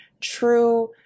true